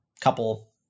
couple